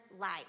life